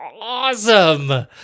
awesome